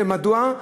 ומדוע?